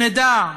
שנדע,